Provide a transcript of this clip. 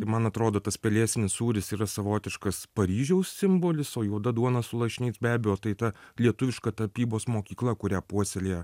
tai man atrodo tas pelėsinis sūris yra savotiškas paryžiaus simbolis o juoda duona su lašiniais be abejo tai ta lietuviška tapybos mokykla kurią puoselėja